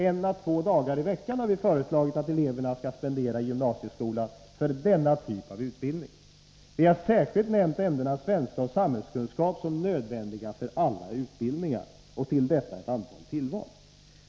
Vi har föreslagit att eleverna skall spendera en å två dagar i veckan i gymnasieskolan för denna typ av utbildning. Vi har särskilt nämnt ämnena svenska och samhällskunskap som nödvändiga för alla utbildningar, och till detta kommer ett antal tillval.